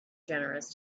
generous